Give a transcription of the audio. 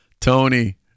Tony